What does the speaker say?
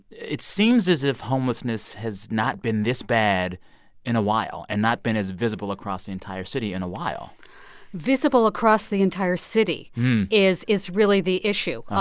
it seems as if homelessness has not been this bad in a while and not been as visible across the entire city in a while visible across the entire city is is really the issue.